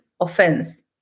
offense